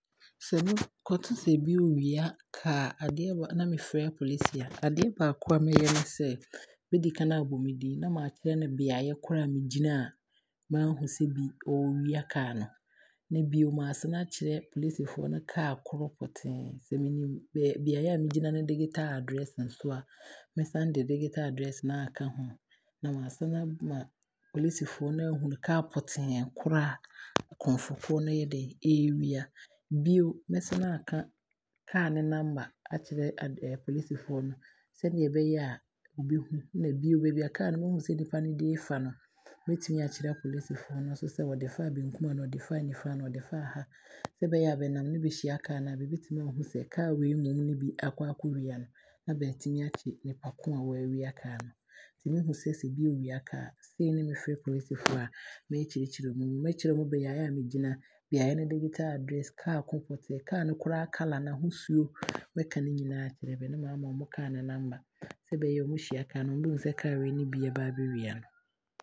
Sɛ mekɔto sɛ obi ɛɛwia car a, adeɛ na me frɛ polisi a adeɛ baako a mɛyɛ ne sɛ, mɛdi kane aabɔ me dini, na maakyerɛ no beaeɛ korɔ a megyina a maahu sɛ bi ɔɔwia car no, na bio maasan aakyerɛ polisifoɔ no car korɔ pɔtee a sɛ menim, beaeɛ a megyina no digital address nso a, mɛsan de digital address no nso aaka ho, na maasane aama polisifoɔ no ahunu car pɔtee korɔ a krɔmfo korɔ no aayɛden ɛɛwia. Bio, mɛsane aaka car no number aakyerɛ apolisifoɔ no, sɛdeɛ ɛbɛyɛ a, wɔbɛhu. Nna bio, baabia car no mahu sɛ nipa no de ɛɛfa no mɛtumi aakyerɛ apolisifoɔ no nso sɛ ɔde faa benkum anaa ɔde faa nifa anaa ɔde faa ha, sɛ ɛbɛyɛ a bɛnam na bɛhyia car no a, bɛbɛtumi aahu sɛ car wei mmom ne bi aakɔ akɔwia no, na baatumi aakye nipa no a waawia car no. Nti mehu sɛ sɛ bi ɔwiaa car a, sei ne me frɛ polisifoɔ a mɛkyerɛ kyerɛ bɛmu, mɛkyerɛ ɔmo beaeɛ a megyina, beaeɛ no digital address, car ko pɔtee, car no koraa colour anaa n'ahosuo, mɛka ne nyinaa aakyerɛ bɛ na maama ɔmo car no number sɛ ɛbɛyɛ a ɔmo hyia car no a ɔmo bɛhu sɛ car wei ne bi aaba abɛwia no.